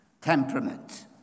temperament